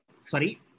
sorry